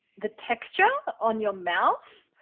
the texture on your mouth,